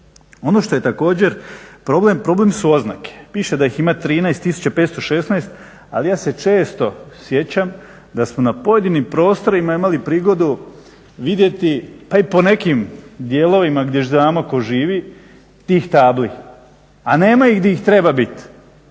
Ono što je također problem, problem su oznake. Piše da ih ima 13516, ali ja se često sjećam da smo na pojedinim prostorima imali prigodu vidjeti pa i po nekim dijelovima gdje znamo tko živi, tih tabli a nema ih gdje ih treba biti.